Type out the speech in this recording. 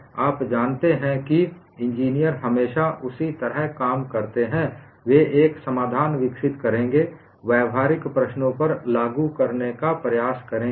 आप जानते हैं कि इंजीनियर हमेशा उसी तरह काम करते हैं वे एक समाधान विकसित करेंगे व्यावहारिक प्रश्नों पर लागू करने का प्रयास करेंगे